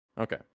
Okay